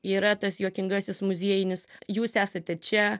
yra tas juokingasis muziejinis jūs esate čia